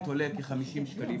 שעולה היום כ-50 שקלים,